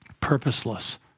purposeless